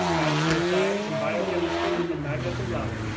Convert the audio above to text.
bachelor of science in biochemistry and magna cum laude.